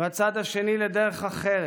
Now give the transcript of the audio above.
והצד השני לדרך אחרת,